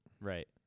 Right